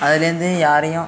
அதிலேந்து யாரையும்